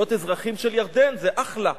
להיות אזרחים של ירדן זה אחלה,